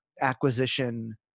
acquisition